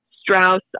Strauss